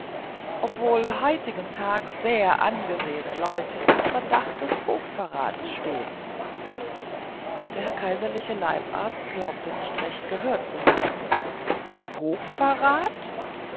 obwohl heitigentags sehr angesehene leute im verdacht des hochverrats stehen der herr kaiserliche leibarzt glaubte nicht recht gehört zu haben hochverrat